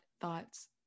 thoughts